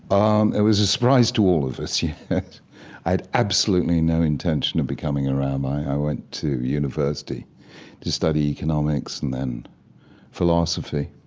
um it was a surprise to all of us. yeah i had absolutely no intention of becoming a rabbi. i went to university to study economics and then philosophy,